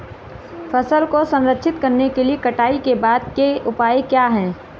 फसल को संरक्षित करने के लिए कटाई के बाद के उपाय क्या हैं?